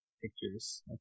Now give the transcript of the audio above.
Pictures